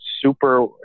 Super